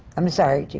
i'm sorry, jim,